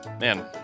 man